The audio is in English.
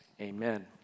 amen